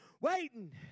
waiting